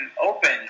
open